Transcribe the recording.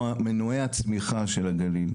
מנועי הצמיחה של הגליל.